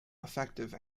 effective